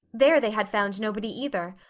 there they had found nobody either,